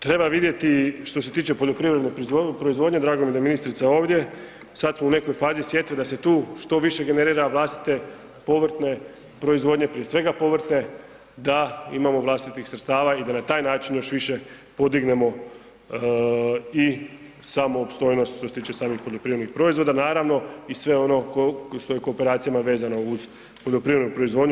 Također, treba vidjeti što se tiče poljoprivredne proizvodnje, drago mi je da je ministrica ovdje, sad smo u nekoj fazi sjetve da se tu što više generira vlastite povrtne proizvodnje, prije svega povrtne da imamo vlastitih sredstava i da na taj način još više podignemo i samu opstojnost što se tiče samih poljoprivrednih proizvoda, naravno i sve ono što je kooperacijama vezano uz poljoprivrednu proizvodnju.